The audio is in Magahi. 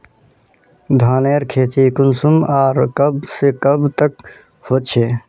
धानेर खेती कुंसम आर कब से कब तक होचे?